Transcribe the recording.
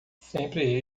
sempre